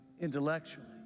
intellectually